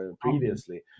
previously